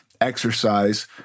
exercise